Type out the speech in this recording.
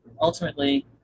ultimately